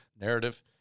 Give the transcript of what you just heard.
narrative